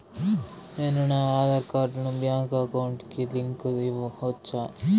నేను నా ఆధార్ కార్డును బ్యాంకు అకౌంట్ కి లింకు ఇవ్వొచ్చా?